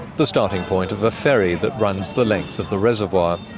the starting point of a ferry that runs the length of the reservoir.